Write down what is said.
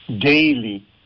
daily